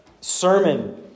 sermon